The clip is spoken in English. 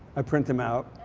i print them out.